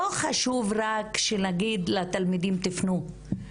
לא חשוב רק להגיד לתלמידים תפנו,